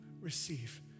receive